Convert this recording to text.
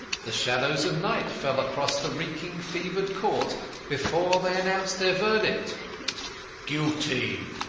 the shadows of night fell across the reeking, fevered court before they announced their verdict guilty!